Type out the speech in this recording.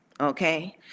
okay